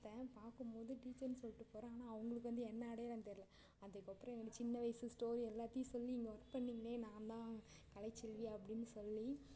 பார்க்கும்போது டீச்சர்ன்னு சொல்லிட்டு போகிறேன் ஆனால் அவங்களுக்கு வந்து என்னை அடையாளம் தெரியல அதுக்கப்புறம் எங்களோட சின்ன வயசு ஸ்டோரி எல்லாத்தையும் சொல்லி இங்கே ஒர்க் பண்ணீங்களே நான் தான் கலைச்செல்வி அப்படின்னு சொல்லி